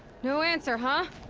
no answer, huh?